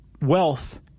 wealth